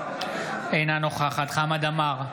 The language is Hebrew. אינה נוכחת חמד עמאר,